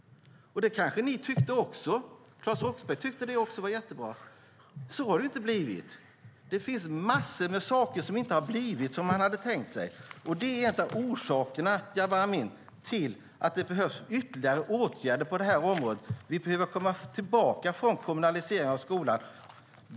Det kanske ni också tyckte. Claes Roxbergh tyckte att det var jättebra. Men så har det inte blivit. Det finns massor av saker som inte har blivit som man hade tänkt sig, och det är en av orsakerna, Jabar Amin, till att det behövs ytterligare åtgärder på området. Vi behöver komma tillbaka från kommunaliseringen av skolan.